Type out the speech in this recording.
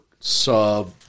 sub